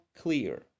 clear